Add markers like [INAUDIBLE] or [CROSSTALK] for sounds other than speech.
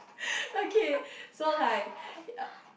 [LAUGHS] okay so like